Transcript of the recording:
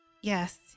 Yes